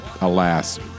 alas